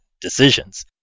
decisions